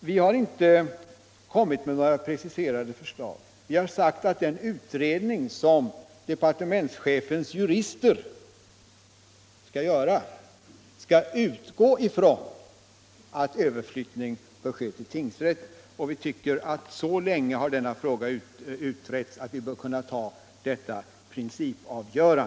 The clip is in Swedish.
Vi har inte kommit med några preciserade förslag, men sagt att den utredning som departementschefens jurister skall göra bör utgå från att överflyttning bör ske till tingsrätt. Och vi tycker att denna fråga har utretts så länge att vi bör kunna fatta detta principbeslut.